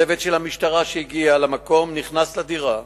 צוות של המשטרה שהגיע למקום נכנס לדירה,